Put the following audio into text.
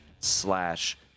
slash